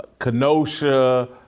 Kenosha